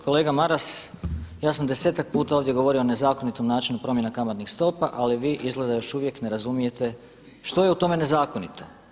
Kolega Maras, ja sam desetak puta ovdje govorio nezakonitom načinu promjena kamatnih stopa, ali vi izgleda još uvijek ne razumijete što je u tome nezakonito.